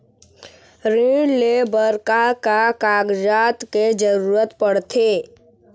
ऋण ले बर का का कागजात के जरूरत पड़थे?